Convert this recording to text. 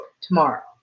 tomorrow